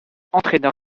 entraîneur